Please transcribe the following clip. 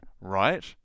right